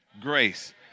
Grace